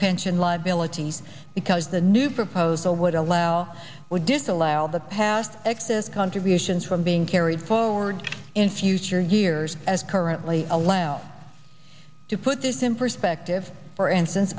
pension liabilities because the new proposal would allow or disallow the past excess contributions from being carried forward in future years as currently allow to put this in perspective for instance